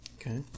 Okay